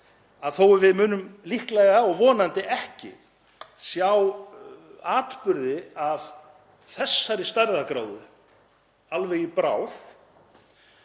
að þótt við munum líklega og vonandi ekki sjá atburði af þessari stærðargráðu alveg í bráð